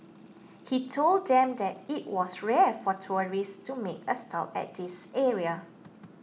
he told them that it was rare for tourists to make a stop at this area